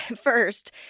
first